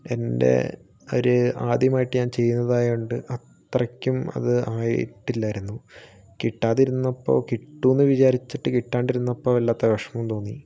എൻ്റെ ഒരു ആദ്യമായിട്ടു ഞാൻ ചെയ്യുന്നത് ആയതുകൊണ്ട് അത്രയ്ക്കും അത് ആയിട്ടില്ലായിരുന്നു കിട്ടാതിരുന്നപ്പോൾ കിട്ടുമെന്ന് വിചാരിച്ചിട്ട് കിട്ടാണ്ടിരുന്നപ്പോൾ വല്ലാതെ വിഷമം തോന്നി